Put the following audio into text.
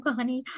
honey